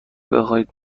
بخواهید